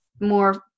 more